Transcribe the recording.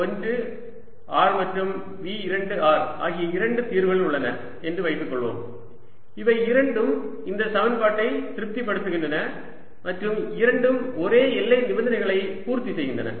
V1 r மற்றும் V2 r ஆகிய இரண்டு தீர்வுகள் உள்ளன என்று வைத்துக் கொள்வோம் இவை இரண்டும் இந்த சமன்பாட்டை திருப்திப்படுத்துகின்றன மற்றும் இரண்டும் ஒரே எல்லை நிபந்தனைகளை பூர்த்தி செய்கின்றன